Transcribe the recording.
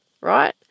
right